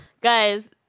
Guys